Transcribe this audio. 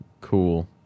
cool